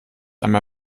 einmal